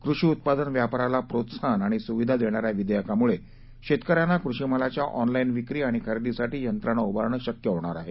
कृषी उत्पादन व्यापाराला प्रोत्साहन आणि सुविधा देणाऱ्या विधेयकामुळे शेतकऱ्यांना कृषीमालाच्या ऑनलाईन विक्री आणि खरेदीसाठी यंत्रणा उभारणं शक्य होणार आहे